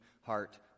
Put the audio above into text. heart